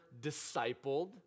discipled